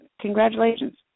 congratulations